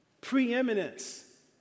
preeminence